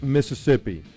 Mississippi